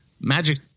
Magic